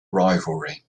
rivalry